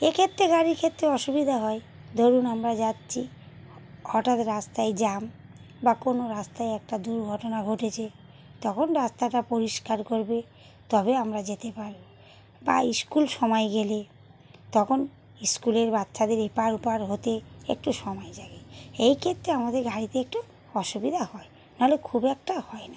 এক্ষেত্রে গাড়ির ক্ষেত্রে অসুবিধা হয় ধরুন আমরা যাচ্ছি হ হঠাৎ রাস্তায় জ্যাম বা কোনও রাস্তায় একটা দুর্ঘটনা ঘটেছে তখন রাস্তাটা পরিষ্কার করবে তবে আমরা যেতে পারবো বা ইস্কুল সময় গেলে তখন ইস্কুলের বাচ্চাদের এপার ওপার হতে একটু সময় জাগে এইক্ষেত্রে আমাদের গাড়িতে একটু অসুবিধা হয় নাহলে খুব একটা হয় না